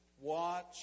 watch